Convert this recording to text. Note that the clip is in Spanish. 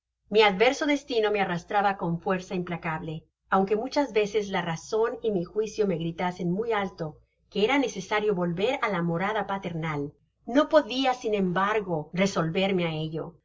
mi adverso destino me arrastraba con fuerza implacable aunque muchas veces la razon y mi juicio me gritasen muy alto que era necesario volver á la morada paternal no podia sin embargo resolverme á ello yo